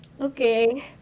okay